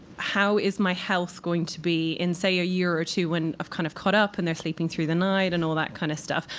how is my health going to be in, say, a year or two, when i've kind of caught up and they're sleeping through the night and all that kind of stuff?